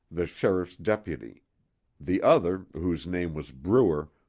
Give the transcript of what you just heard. the sheriff's deputy the other, whose name was brewer,